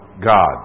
God